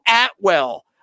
Atwell